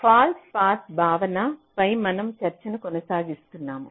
falls పాత్భావన పై మనం చర్చను కొనసాగిస్తున్నాము